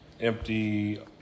empty